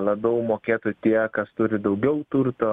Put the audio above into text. labiau mokėtų tie kas turi daugiau turto